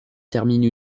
termine